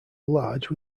large